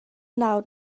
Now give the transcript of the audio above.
nawr